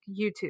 YouTube